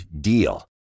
DEAL